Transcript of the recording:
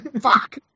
Fuck